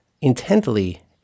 intently